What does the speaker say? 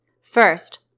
First